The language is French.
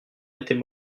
était